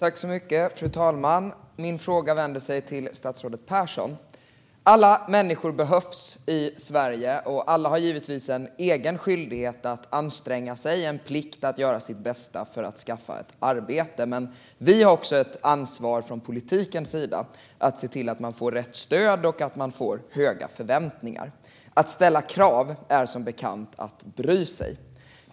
Fru talman! Min fråga går till statsrådet Pehrson. Alla människor behövs i Sverige, och alla har givetvis en skyldighet att anstränga sig och en plikt att göra sitt bästa för att skaffa ett arbete. Men politiken har också ett ansvar att se till att människor får rätt stöd och har höga förväntningar på sig. Att ställa krav är som bekant att bry sig.